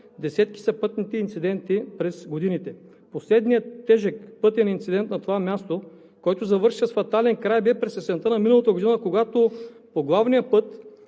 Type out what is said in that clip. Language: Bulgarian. Десетки са пътните инциденти през годините. Последният тежък пътен инцидент на това място, който завърши с фатален край, бе през есента на миналата година, когато по главния път